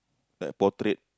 like portrait